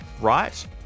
right